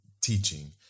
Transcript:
teaching